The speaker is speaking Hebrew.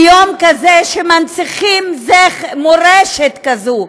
ביום כזה שמנציחים מורשת כזאת,